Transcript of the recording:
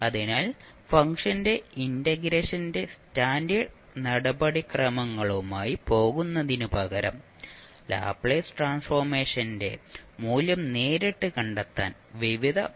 അതിനാൽ ഫംഗ്ഷന്റെ ഇന്റഗ്രേഷന്റെ സ്റ്റാൻഡേർഡ് നടപടിക്രമങ്ങളുമായി പോകുന്നതിനുപകരം ലാപ്ലേസ് ട്രാൻസ്ഫോർമേഷന്റെ മൂല്യം നേരിട്ട് കണ്ടെത്താൻ വിവിധ പ്രോപ്പർട്ടികൾ ഉപയോഗിക്കും